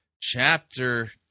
chapter